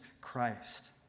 Christ